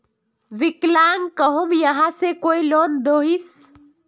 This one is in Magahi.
विकलांग कहुम यहाँ से कोई लोन दोहिस?